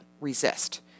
resist